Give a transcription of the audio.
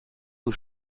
aux